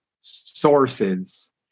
sources